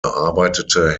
arbeitete